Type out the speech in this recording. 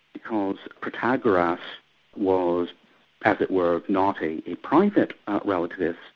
because protagoras was as it were, not a a private relatist,